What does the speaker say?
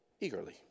eagerly